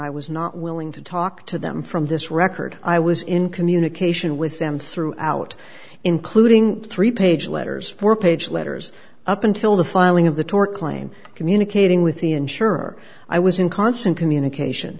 i was not willing to talk to them from this record i was in communication with them throughout including three page letters four page letters up until the filing of the tort claim communicating with the insurer i was in constant communication